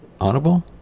Audible